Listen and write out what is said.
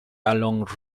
along